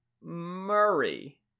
Murray